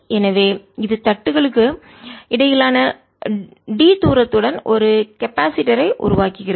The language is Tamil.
எனவே இது தட்டுகளுக்கு இடையிலான d தூரத்துடன் ஒரு கெப்பாசிட்டர் மின்தேக்கியை உருவாக்குகிறது